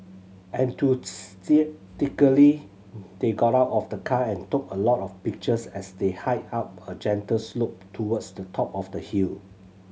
enthusiastically they got out of the car and took a lot of pictures as they hiked up a gentle slope towards the top of the hill